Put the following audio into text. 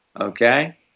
Okay